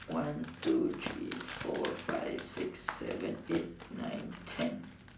one two three four five six seven eight nine ten